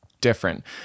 different